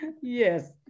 yes